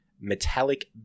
metallic